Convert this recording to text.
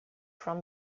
from